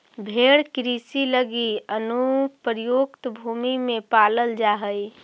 भेंड़ कृषि लगी अनुपयुक्त भूमि में पालल जा हइ